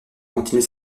continuer